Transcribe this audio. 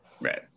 Right